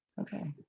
Okay